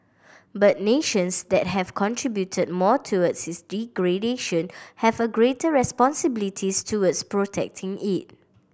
but nations that have contributed more towards its degradation have a greater responsibilities towards protecting it